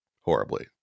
horribly